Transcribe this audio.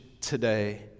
today